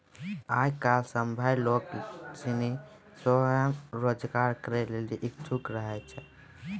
आय काइल सभ्भे लोग सनी स्वरोजगार करै लेली इच्छुक रहै छै